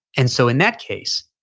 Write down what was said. and so in that case,